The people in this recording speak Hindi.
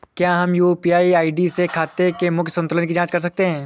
क्या हम यू.पी.आई आई.डी से खाते के मूख्य संतुलन की जाँच कर सकते हैं?